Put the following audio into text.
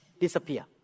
disappear